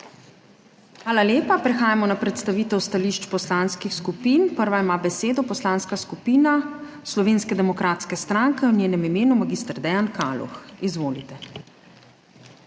Hvala lepa. Prehajamo na predstavitev stališč poslanskih skupin. Prva ima besedo Poslanska skupina Slovenske demokratske stranke, v njenem imenu mag. Dejan Kaloh. Izvolite.